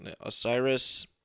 Osiris